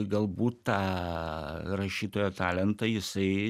galbūt tą aa rašytojo talentą jisai